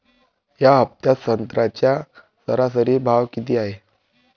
या हफ्त्यात संत्र्याचा सरासरी भाव किती हाये?